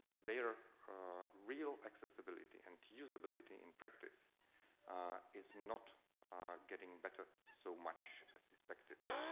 they're real accessibility and usability in practice is not getting better so much as expected